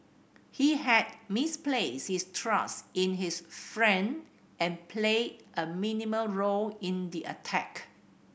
he had misplaced his trust in his friend and played a minimal role in the attack